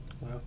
Wow